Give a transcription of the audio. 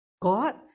God